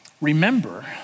Remember